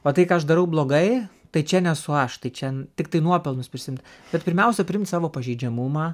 o tai ką aš darau blogai tai čia nesu aš tai čia tiktai nuopelnus prisiimt bet pirmiausia priimt savo pažeidžiamumą